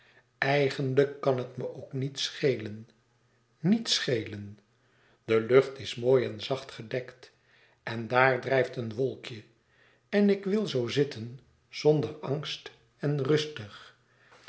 eigenlijk kan het me ook niet schelen niets schelen de lucht is mooi en zacht gedekt en daar drijft een wolkje en ik wil zoo zitten zonder angst en rustig